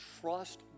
trust